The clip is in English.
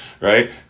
right